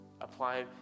apply